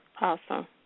Awesome